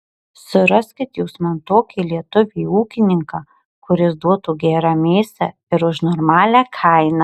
suraskit jūs man tokį lietuvį ūkininką kuris duotų gerą mėsą ir už normalią kainą